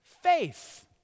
faith